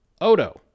Odo